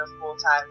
full-time